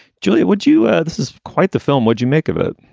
julia. would you? ah this is quite the film. would you make of it?